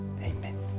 Amen